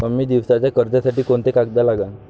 कमी दिसाच्या कर्जासाठी कोंते कागद लागन?